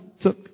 took